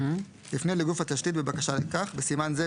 תפנה לגוף התשתית בבקשה לכך (בסימן זה,